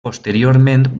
posteriorment